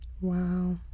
Wow